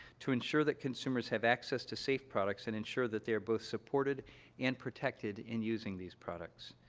to ensure that consumers have access to safe products and ensure that they are both supported and protected in using these products.